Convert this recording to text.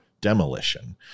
demolition